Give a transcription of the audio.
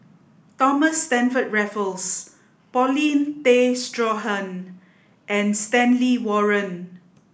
Thomas Stamford Raffles Paulin Tay Straughan and Stanley Warren